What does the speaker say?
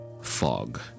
fog